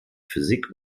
physik